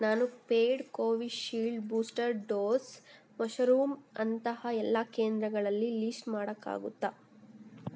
ನಾನು paid Covishield booster dose Mizoram ಅಂತಹ ಎಲ್ಲ ಕೇಂದ್ರಗಳಲ್ಲಿ ಲೀಶ್ಟ್ ಮಾಡೋಕ್ಕಾಗುತ್ತಾ